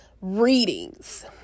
readings